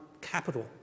capital